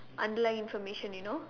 underlying information you know